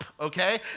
okay